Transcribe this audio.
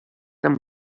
eren